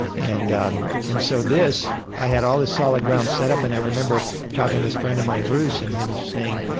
and um and so this, i had all this solid ground set up and i remember talking to this friend of mine, bruce, and him saying,